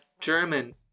German